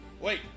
Wait